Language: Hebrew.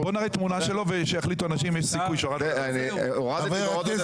בוא נראה תמונה שלו ויחליטו אנשים אם יש סיכוי שהורדת אותו.